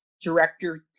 director